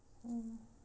mm